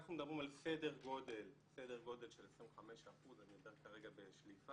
אנחנו מדברים על סדר גודל של 25% - אני אומר כרגע בשליפה.